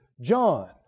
John